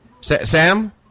Sam